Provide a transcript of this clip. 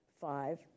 five